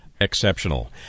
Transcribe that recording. Exceptional